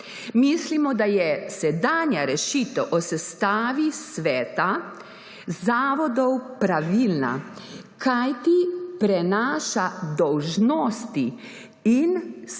Mislimo, da je sedanja rešitev o sestavi sveta zavodov pravilna, kajti prenaša dolžnosti in skrb